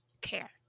care